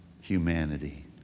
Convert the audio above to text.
humanity